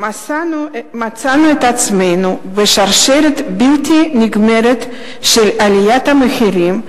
מצאנו את עצמנו בשרשרת בלתי נגמרת של עליית המחירים,